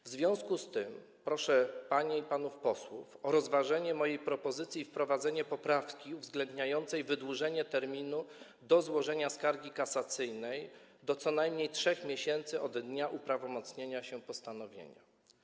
W związku z tym proszę panie i panów posłów o rozważenie mojej propozycji i wprowadzenie poprawki uwzględniającej wydłużenie terminu na złożenie skargi kasacyjnej do co najmniej 3 miesięcy od dnia uprawomocnienia się postanowienia.